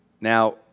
Now